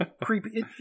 creepy